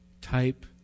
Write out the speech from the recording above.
type